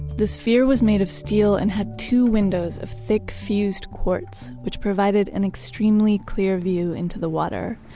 the sphere was made of steel and had two windows of thick fused quartz, which provided an extremely clear view into the water.